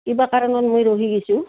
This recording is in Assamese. কিবা কাৰণত মই ৰহি গৈছোঁ